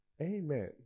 Amen